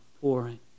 pouring